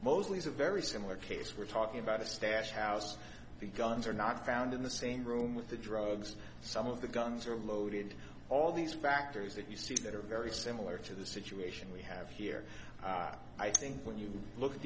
mostly is a very similar case we're talking about a stash house the guns are not found in the same room with the drugs some of the guns are loaded all these factors that you see that are very similar to the situation we have here i think when you look at